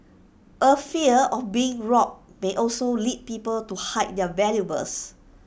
A fear of being robbed may also lead people to hide their valuables